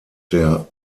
der